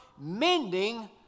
mending